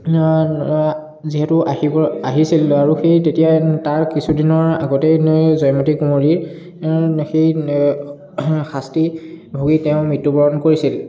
যিহেতু আহিব আহিছিল আৰু সেই তেতিয়াই তাৰ কিছুদিনৰ আগতেই জয়মতী কোঁৱৰীৰ সেই শাস্তি ভুগী তেওঁ মৃত্যুবৰণ কৰিছিল